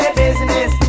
business